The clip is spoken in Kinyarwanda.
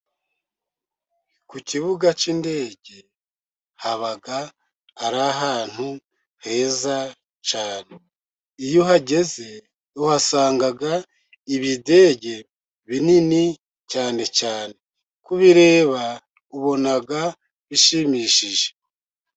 Ku kibuga cy'indege haba ari ahantu heza cyane. Iyo uhageze uhasanga ibidege binini cyane cyane, kubireba ubona bishimishije.